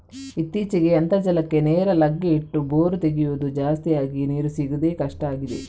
ಇತ್ತೀಚೆಗೆ ಅಂತರ್ಜಲಕ್ಕೆ ನೇರ ಲಗ್ಗೆ ಇಟ್ಟು ಬೋರು ತೆಗೆಯುದು ಜಾಸ್ತಿ ಆಗಿ ನೀರು ಸಿಗುದೇ ಕಷ್ಟ ಆಗಿದೆ